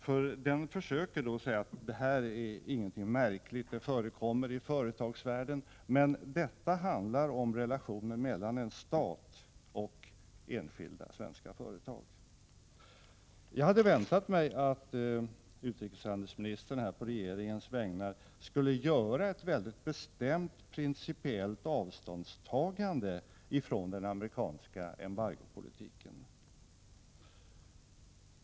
Han försöker säga att detta inte är någonting märkligt utan förekommer i företagsvärlden. Men det handlar ju här om relationerna mellan en stat och enskilda svenska företag. Jag hade väntat mig att utrikeshandelsministern på regeringens vägnar skulle ta ett väldigt bestämt principiellt avstånd från den amerikanska embargopolitiken.